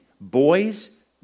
boys